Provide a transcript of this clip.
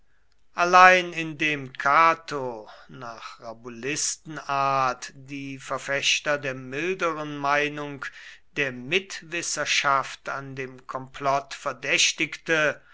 allein indem cato nach rabulistenart die verfechter der milderen meinung der mitwisserschaft an dem komplott verdächtigte